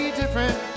different